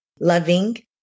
loving